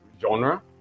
genre